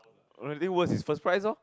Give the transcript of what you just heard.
nothing worse is first prize lor